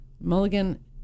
mulligan